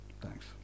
Thanks